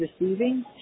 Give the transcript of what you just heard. receiving